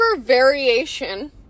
variation